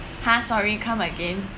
!huh! sorry come again